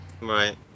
Right